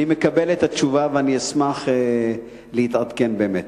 אני מקבל את התשובה, ואני אשמח להתעדכן באמת.